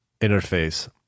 interface